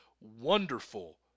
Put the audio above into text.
wonderful